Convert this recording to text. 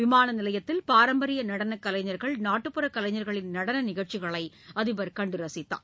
விமானநிலையத்தில் பாரம்பரியநடனகலைஞர்கள் நாட்டுப்புற கலைஞர்களின் நடனநிகழ்ச்சிகளைஅதிபர் கண்டுரசித்தார்